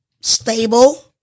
stable